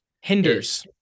hinders